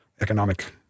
economic